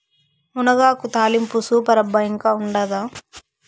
మునగాకు తాలింపు సూపర్ అబ్బా ఇంకా ఉండాదా